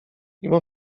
mimo